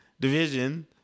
Division